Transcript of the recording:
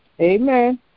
Amen